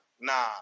nah